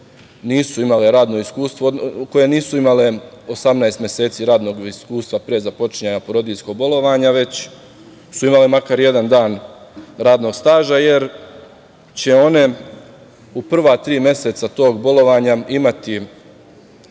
koje nisu imale 18 meseci radnog iskustva pre započinjanja porodiljskog bolovanja, već su imale makar jedan dan radnog staža, jer će one u prva tri meseca tog bolovanja imati